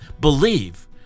Believe